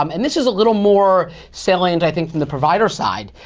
um and this is a little more salient i think from the provider side,